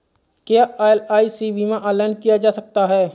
क्या एल.आई.सी बीमा ऑनलाइन किया जा सकता है?